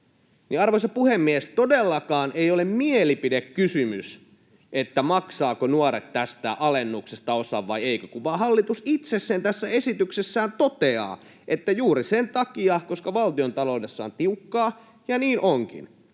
arvoisa puhemies, ei ole mielipidekysymys, maksavatko nuoret tästä alennuksesta osan vai ei, vaan hallitus itse sen tässä esityksessään toteaa, että juuri sen takia, koska valtiontaloudessa on tiukkaa — ja niin onkin